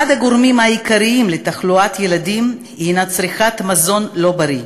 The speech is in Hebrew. אחד הגורמים העיקריים לתחלואת ילדים הנו צריכת מזון לא בריא.